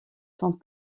sont